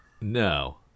No